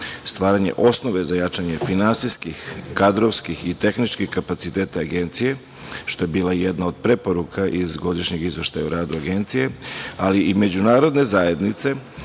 stvaranja osnove za jačanje finansijskih, kadrovskih i tehničkih kapaciteta Agencije, što je bila jedna od preporuka iz godišnjeg izveštaja o radu Agencije, ali i međunarodne zajednice